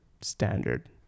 standard